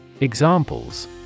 Examples